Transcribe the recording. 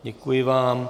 Děkuji vám.